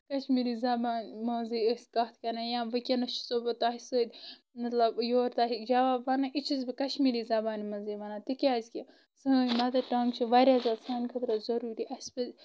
کشمیٗری زبان منٛزٕے ٲسۍ کتھ کران یا وٕنکٮ۪نس چھے سۄ بہٕ تۄہہِ سۭتۍ مطلب یور تان ہک جواب ونان یہٕ چھَس بہٕ کشمیٖری زبانہِ منٛزٕے ونان تِکیازِ کہِ سٲن مدر ٹنگ چھِ واریاہ زیادٕ سانہِ خٲطرٕ ضروٗری اسہِ پزِ